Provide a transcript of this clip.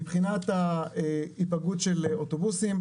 מבחינת ההיפגעות של אוטובוסים.